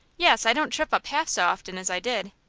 yes i don't trip up half so often as i did.